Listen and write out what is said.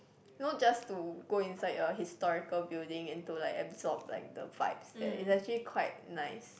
you know just to go inside a historical building into like absorb like the vibes there is actually quite nice